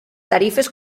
tarifes